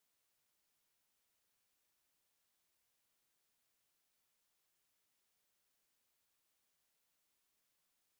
அது கடைசில வர:athu kadaisila vara five seconds credit eh மட்டும்:mattum edit பண்ணிர்க்கான்:pannirkaan lah அவன் பெயரை உள்ள போட்டுருக்கான்:avan peyarai ulla potturukaan